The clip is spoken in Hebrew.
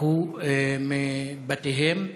ברחו מבתיהם.